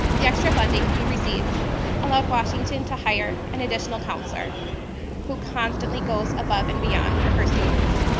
the extra funding we received allowed washington to hire an additional counselor who constantly goes above and beyond for her students.